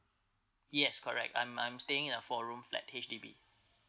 yes correct I'm I'm staying in a four room flat H_D_B